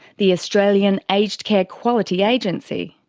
the australian aged care quality agency.